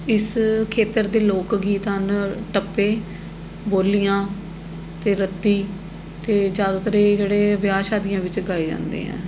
ਇਸ ਖੇਤਰ ਦੇ ਲੋਕ ਗੀਤ ਹਨ ਟੱਪੇ ਬੋਲੀਆਂ ਅਤੇ ਰੱਤੀ ਅਤੇ ਜ਼ਿਆਦਾਤਰ ਇਹ ਜਿਹੜੇ ਵਿਆਹ ਸ਼ਾਦੀਆਂ ਵਿੱਚ ਗਾਏ ਜਾਂਦੇ ਹੈ